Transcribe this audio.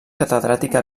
catedràtica